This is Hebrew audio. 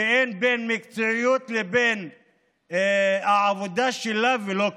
שאין בין מקצועיות לבין העבודה שלה ולא כלום.